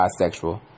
bisexual